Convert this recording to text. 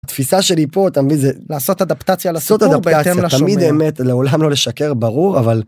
התפיסה שלי פה תמיד זה לעשות אדפטציה לעשות אדפטציה תמיד אמת לעולם לא לשקר ברור אבל.